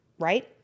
right